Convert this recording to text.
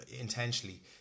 intentionally